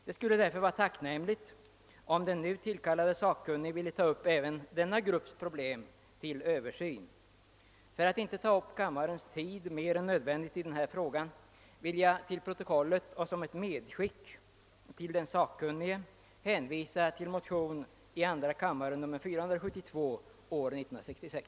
Det skulle därför vara tacknämligt, om den nu tillkallade sakkunnige ville ta upp även denna grupps problem till översyn. För att inte uppta kammarens tid mer än nödvändigt i denna fråga, vill jag till protokollet och som ett >medskick> till den sakkunnige hänvisa till motion II: 472 år 1966.